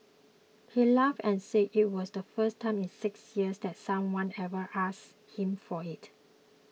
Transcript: he laughed and said it was the first time in six years that someone ever asked him for it